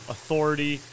Authority